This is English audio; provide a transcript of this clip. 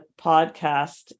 podcast